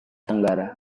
tenggara